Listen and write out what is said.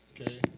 Okay